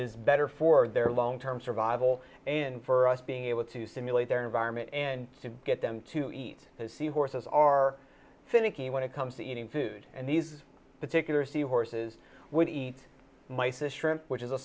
is better for their long term survival and for us being able to simulate their environment and to get them to eat the sea horses are finicky when it comes to eating food and these particular sea horses would eat mice this shrimp which is a